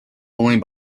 only